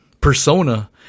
persona